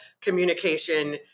communication